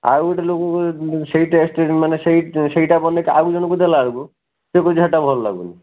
ଆଉ ଗୋଟେ ଲୋକକୁ ସେଇ ଟେଷ୍ଟ ମାନେ ସେଇ ସେଇଟା ବନେଇ କି ଆଉ ଜଣଙ୍କୁ ଦେଲା ବେଳକୁ ସେ କହୁଛି ସେଟା ଭଲ ଲାଗୁନି